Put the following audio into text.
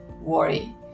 worry